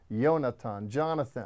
Jonathan